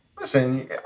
listen